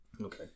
Okay